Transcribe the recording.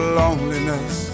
loneliness